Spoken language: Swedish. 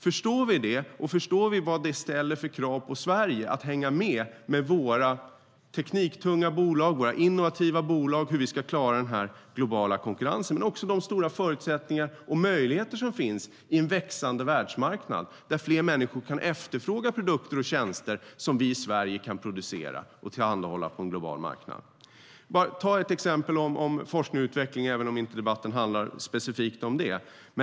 Förstår vi det? Förstår vi vad det ställer för krav på Sverige och våra tekniktunga och innovativa bolag att hänga med för att klara den globala konkurrensen? Förstår vi också de stora förutsättningar och möjligheter som finns på en växande världsmarknad, där fler människor kan efterfråga produkter och tjänster som vi i Sverige kan producera och tillhandahålla på en global marknad? Låt oss ta ett exempel inom forskning och utveckling, även om debatten inte handlar specifikt om det.